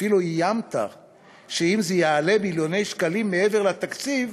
אפילו איימת שאם זה יעלה מיליוני שקלים מעבר לתקציב,